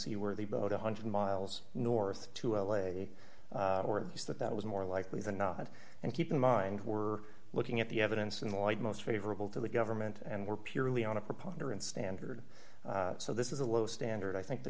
see where the boat one hundred miles north to l a is that that was more likely than not and keep in mind we're looking at the evidence in the light most favorable to the government and we're purely on a preponderance standard so this is a low standard i think the